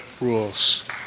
rules